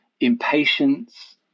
impatience